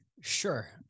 Sure